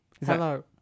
Hello